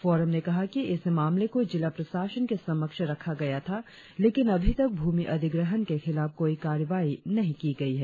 forum ने कहा कि इस मामले को जिला प्रशासन के समझ रखा गया था लेकिन अभी तक भूमि अधिग्रहण के खिलाफ कोई कार्रवाई नहीं की गई है